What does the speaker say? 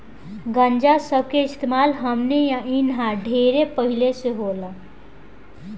गांजा सब के इस्तेमाल हमनी इन्हा ढेर पहिले से होला